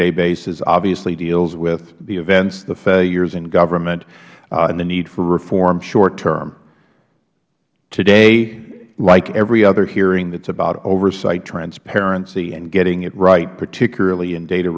day basis obviously deals with the events the failures in government and the need for reform short term today like every other hearing that is about oversight transparency and getting it right particularly in data